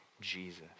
Jesus